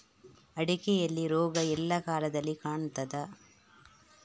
ಅಡಿಕೆಯಲ್ಲಿ ರೋಗ ಎಲ್ಲಾ ಕಾಲದಲ್ಲಿ ಕಾಣ್ತದ?